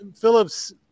Phillips